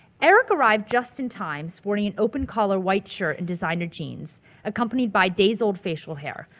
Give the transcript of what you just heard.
eric arrived just in time sporting an open collar white shirt and designer jeans accompanied by days' old facial hair,